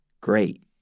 great